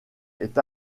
est